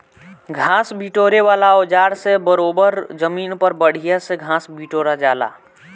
घास बिटोरे वाला औज़ार से बरोबर जमीन पर बढ़िया से घास बिटोरा जाला